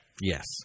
Yes